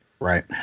Right